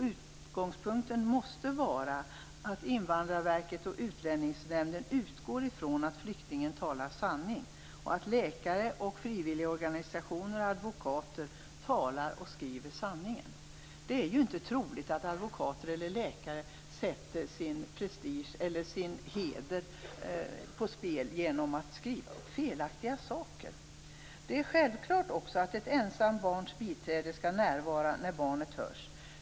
Utgångspunkten måste vara att Invandrarverket och Utlänningsnämnden utgår från att flyktingen talar sanning och att läkare, frivilligorganisationer och advokater också talar och skriver sanning. Det är ju inte troligt att advokater eller läkare sätter sin prestige eller sin heder på spel genom att skriva felaktiga saker. Det är också självklart att ett ensamt barns biträde skall närvara när barnet hörs.